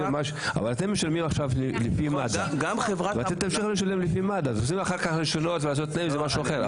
אם תרצו לעשות רישיונות ולעשות סדר זה משהו אחר,